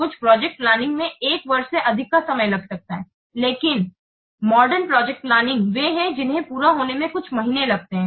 कुछ project planning में 1 वर्ष से अधिक का समय लग सकता है लेकिन आधुनिक प्रोजेक्ट प्लानिंग वे हैं जिन्हे पूरा होने में कुछ महीने लगते हैं